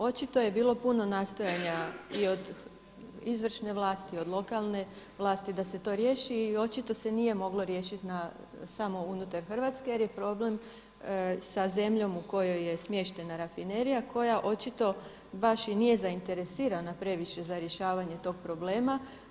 Očito je bilo puno nastojanja i od izvršne vlasti, od lokalne vlasti da se to riješi i očito se nije moglo riješiti na samo unutar Hrvatske jer je problem sa zemljom u kojoj je smještena rafinerija koja očito baš i nije zainteresirana previše za rješavanje tog problema.